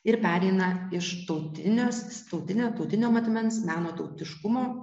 ir pereina iš tautinės tautinio tautinio matmens meno tautiškumo